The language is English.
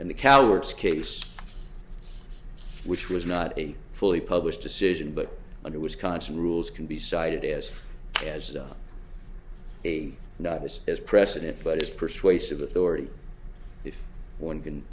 in the coward's case which was not a fully published decision but under wisconsin rules can be cited as a as a novice as precedent but it's persuasive authority if one can